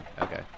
Okay